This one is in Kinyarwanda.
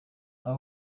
aba